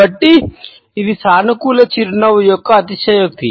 కాబట్టి ఇది సానుకూల చిరునవ్వు యొక్క అతిశయోక్తి